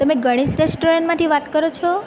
તમે ગણેશ રેસ્ટોરન્ટમાંથી વાત કરો છો